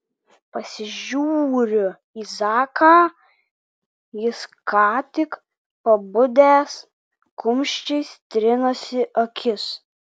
pasižiūriu į zaką jis ką tik pabudęs kumščiais trinasi akis